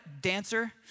dancer